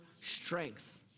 strength